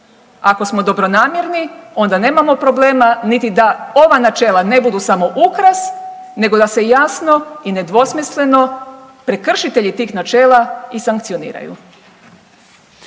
Ako smo dobronamjerni onda nemamo problema niti da ova načela ne budu samo ukras nego da se jasno i nedvosmisleno prekršitelji tih načela i sankcioniraju.